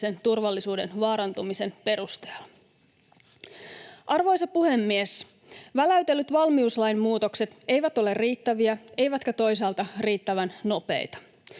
turvallisuuden vaarantumisen perusteella. Arvoisa puhemies! Väläytellyt valmiuslain muutokset eivät ole riittäviä eivätkä toisaalta riittävän nopeita.